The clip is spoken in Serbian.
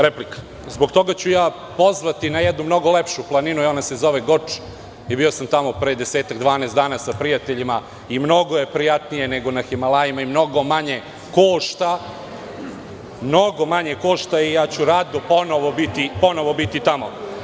Replika, zbog toga ću pozvati na mnogo lepšu planinu i ona se zove Goč, bio sam tamo pre desetak, 12 dana sa prijateljima i mnogo je prijatnije nego na Himalajima, mnogo manje košta i vrlo rado ću ponovo biti tamo.